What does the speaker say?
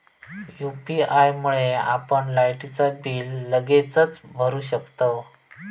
UPI मुळे आपण लायटीचा बिल लगेचच भरू शकतंव